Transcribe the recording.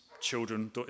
children